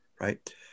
right